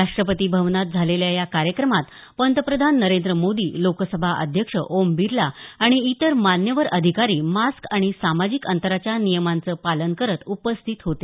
राष्ट्रपती भवनात झालेल्या या कार्यक्रमात पंतप्रधान नरेंद्र मोदी लोकसभा अध्यक्ष ओम बिर्ला आणि इतर मान्यवर अधिकारी मास्क आणि सामाजिक अंतराच्या नियमांचे पालन करीत उपस्थित होते